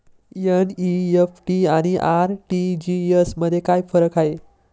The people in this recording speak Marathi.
एन.इ.एफ.टी आणि आर.टी.जी.एस मध्ये काय फरक आहे?